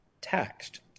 taxed